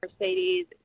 Mercedes